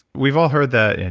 we've all heard that,